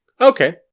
okay